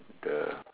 the